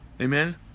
Amen